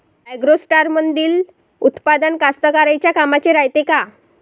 ॲग्रोस्टारमंदील उत्पादन कास्तकाराइच्या कामाचे रायते का?